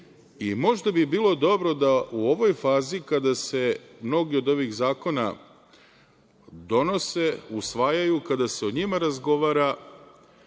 bi bilo dobro da u ovoj fazi kada se mnogi od ovih zakona donose, usvajaju, kada se o njima razgovara,